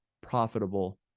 profitable